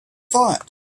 thought